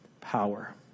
power